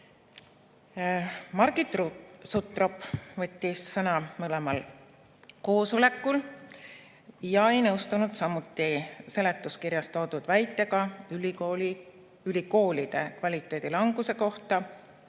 Margit Sutrop võttis sõna mõlemal koosolekul. Ta ei nõustunud samuti seletuskirjas toodud väitega ülikoolide kvaliteedi languse kohta.